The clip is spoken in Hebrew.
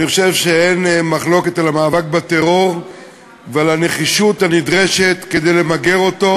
אני חושב שאין מחלוקת על המאבק בטרור ועל הנחישות הנדרשת כדי למגר אותו,